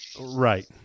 right